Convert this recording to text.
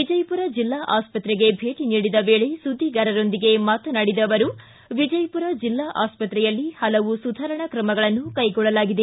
ವಿಜಯಪುರ ಜಿಲ್ಲಾ ಆಸ್ಪತ್ರೆಗೆ ಭೇಟ ನೀಡಿದ ವೇಳೆ ಸುದ್ದಿಗಾರರೊಂದಿಗೆ ಮಾತನಾಡಿದ ಅವರು ವಿಜಯಪುರ ಜಿಲ್ಲಾ ಆಸ್ವತ್ತೆಯಲ್ಲಿ ಹಲವು ಸುಧಾರಣಾ ಕ್ರಮಗಳನ್ನು ಕೈಗೊಳ್ಳಲಾಗಿದೆ